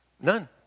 none